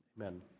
Amen